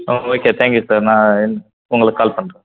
ஆ okay thank you sir நான் இந் உங்களுக்கு கால் பண்ணுறேன்